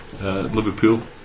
Liverpool